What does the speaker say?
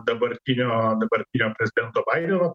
dabartinio dabartinio prezidento baideno